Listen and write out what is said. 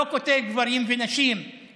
לא כותב: גברים ונשים,